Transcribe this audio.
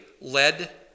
led